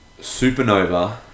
Supernova